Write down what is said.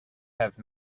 have